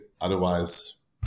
Otherwise